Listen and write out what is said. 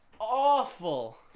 awful